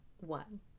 one